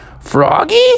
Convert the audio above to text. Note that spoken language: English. Froggy